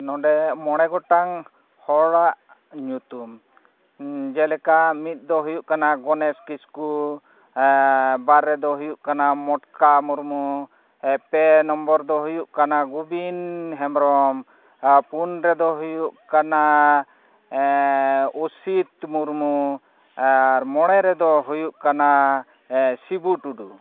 ᱱᱚᱸᱰᱮ ᱢᱚᱬᱮ ᱜᱚᱴᱟᱝ ᱦᱚᱲᱟᱜ ᱧᱩᱛᱩᱢ ᱡᱮᱞᱮᱠᱟ ᱢᱤᱫ ᱫᱚ ᱦᱩᱭᱩᱜ ᱠᱟᱱᱟ ᱜᱚᱱᱮᱥ ᱠᱤᱥᱠᱩ ᱵᱟᱨ ᱨᱮᱫᱚ ᱦᱩᱭᱩᱜ ᱠᱟᱱᱟ ᱢᱚᱴᱠᱟ ᱢᱩᱨᱢᱩ ᱯᱮ ᱱᱚᱢᱵᱚᱨ ᱫᱚ ᱦᱩᱭᱩᱜ ᱠᱟᱱᱟ ᱜᱳᱵᱤᱱ ᱦᱮᱢᱵᱨᱚᱢ ᱯᱩᱱ ᱨᱮᱫᱚ ᱦᱩᱭᱩᱜ ᱠᱟᱱᱟ ᱚᱥᱤᱛ ᱢᱩᱨᱢᱩ ᱟᱨ ᱢᱚᱬᱮ ᱨᱮᱫᱚ ᱦᱩᱭᱩᱜ ᱠᱟᱱᱟ ᱥᱤᱵᱩ ᱴᱩᱰᱩ